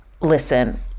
Listen